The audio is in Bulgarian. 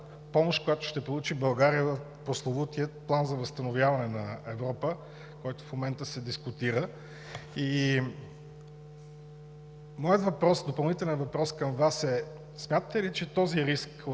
помощ, която ще получи България в прословутия План за възстановяване на Европа, който в момента се дискутира. И моят допълнителен въпрос към Вас е: смятате ли, че този риск